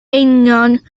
eingion